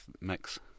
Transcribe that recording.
mix